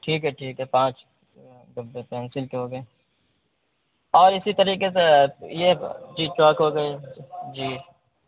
ٹھیک ہے ٹھیک ہے پانچ ڈبے پنسل کے ہوگئے ہاں اسی طریقے سے یہ جی چاک ہو گئے جی